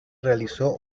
realizó